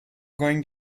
going